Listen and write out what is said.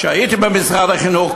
כשהייתי במשרד החינוך,